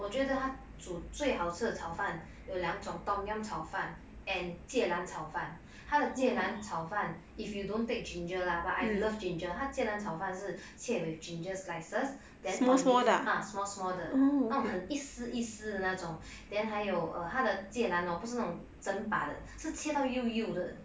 我觉得煮最好吃的炒饭有两种 tom yum 炒饭 and 芥兰炒饭还有芥兰炒饭 if you don't take ginger lah but I love ginger 她芥兰炒饭是切 with ginger slices then olive mm small small 的那种很一丝一丝的那种 then 还有 uh 她的芥兰 hor 不是那种整把的是切到幼幼的